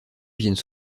viennent